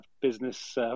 business